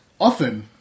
often